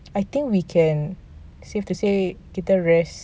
I think we can save to say kita rest